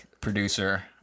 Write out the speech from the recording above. producer